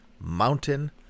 Mountain